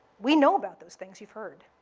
we know about those things you've heard.